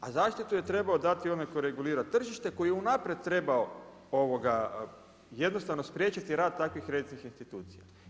A zaštitu je trebao dati onaj koji regulira tržište koji je unaprijed trebao jednostavno spriječiti rad takvih kreditnih institucija.